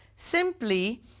simply